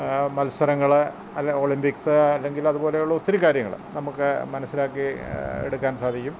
മത്സരങ്ങൾ അല്ലേ ഒളിമ്പിക്സ് അല്ലെങ്കിൽ അതുപോലെയുള്ള ഒത്തിരി കാര്യങ്ങൾ നമുക്കു മനസ്സിലാക്കി എടുക്കാൻ സാധിക്കും